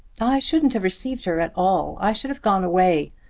i shouldn't have received her at all. i should have gone away.